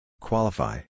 Qualify